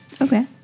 okay